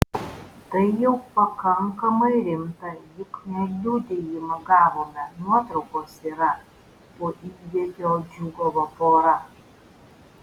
tai jau pakankamai rimta juk net liudijimą gavome nuotraukos yra po įvykio džiūgavo pora